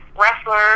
wrestler